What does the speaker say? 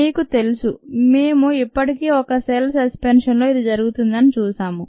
మీరు తెలుసు మేము ఇప్పటికే ఒక సెల్ సస్పెన్షన్ లో ఇది జరుగుతుందని చూశాము